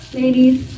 ladies